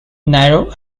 narrow